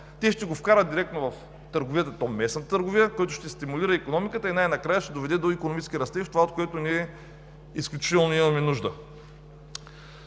Те ще го вкарат директно в търговията, и то местната търговия, което ще стимулира икономиката и най-накрая ще доведе до икономически растеж – това, от което имаме изключително нужда.